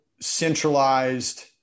centralized